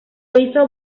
hizo